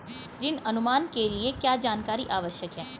ऋण अनुमान के लिए क्या जानकारी आवश्यक है?